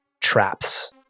traps